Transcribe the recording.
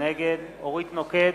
נגד אורית נוקד,